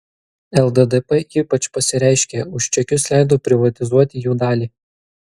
lddp ypač pasireiškė už čekius leido privatizuoti jų dalį